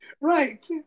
Right